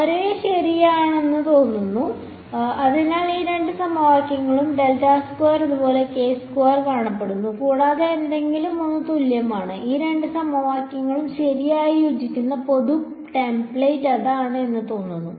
ഒരേ ശരിയാണെന്ന് തോന്നുന്നു അതിനാൽ ഈ രണ്ട് സമവാക്യങ്ങളും ഇതുപോലെ കാണപ്പെടുന്നു കൂടാതെ എന്തെങ്കിലും ഒന്നിന് തുല്യമാണ് ഈ രണ്ട് സമവാക്യങ്ങളും ശരിയായി യോജിക്കുന്ന പൊതു ടെംപ്ലേറ്റ് അതാണ് എന്ന് തോന്നുന്നു